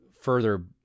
further